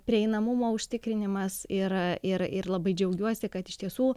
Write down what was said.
prieinamumo užtikrinimas ir ir ir labai džiaugiuosi kad iš tiesų